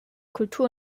kultur